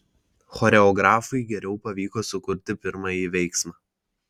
choreografui geriau pavyko sukurti pirmąjį veiksmą